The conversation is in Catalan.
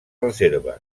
reserves